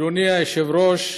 אדוני היושב-ראש,